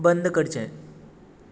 बंद करचें